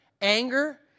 anger